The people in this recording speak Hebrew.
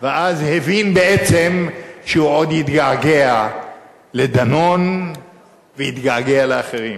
ואז הוא הבין בעצם שהוא עוד יתגעגע לדנון ויתגעגע לאחרים.